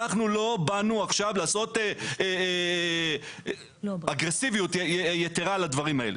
אנחנו לא באנו עכשיו לעשות אגרסיביות יתרה על הדברים האלה.